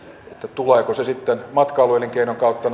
tulevatko nämä eurot sitten matkailuelinkeinon kautta